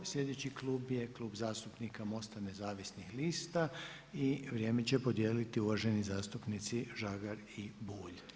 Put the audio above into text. Sljedeći klub je Klub zastupnika MOST-a nezavisnih lista i vrijeme će podijeliti uvaženi zastupnici Žagar i Bulj.